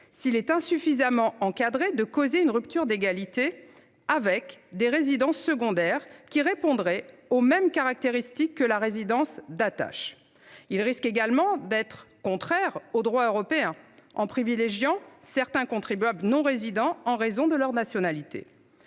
s'il est insuffisamment encadré, de causer une rupture d'égalité avec des résidences secondaires qui répondraient aux mêmes caractéristiques que la résidence d'attache. Il risque également d'être contraire au droit européen, en privilégiant certains contribuables non-résidents, en raison de leur nationalité.